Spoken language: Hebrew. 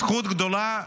זכות גדולה,